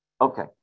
Okay